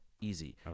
Easy